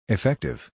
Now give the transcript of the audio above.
Effective